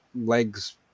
legs